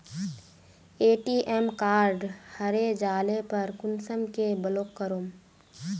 ATM card हरे जाले पर कुंसम के ब्लॉक करूम?